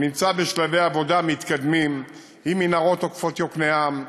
נמצא בשלבי עבודה מתקדמים עם מנהרות עוקפות יקנעם.